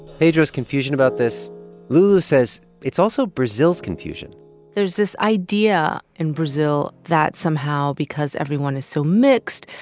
pedro's confusion about this lulu says it's also brazil's confusion there's this idea in brazil that somehow because everyone is so mixed,